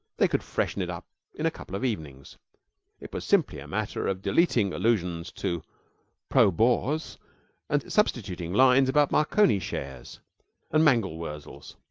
they could freshen it up in a couple of evenings it was simply a matter of deleting allusions to pro-boers and substituting lines about marconi shares and mangel-wurzels.